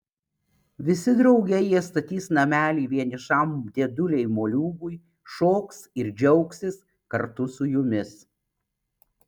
visi drauge jie statys namelį vienišam dėdulei moliūgui šoks ir džiaugsis kartu su jumis